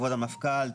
כבוד המפכ"ל,